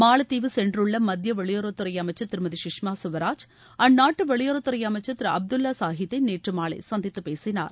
மாலத்தீவு சென்றுள்ள மத்திய வெளியுறவுத்துறை அமைச்சர் திருமதி சுஷ்மா சுவராஜ் அந்நாட்டு வெளியுறவுத்துறை அமைச்சர் திரு அப்துல்லா சாஹித்தை நேற்று மாலை சந்தித்து பேசினார்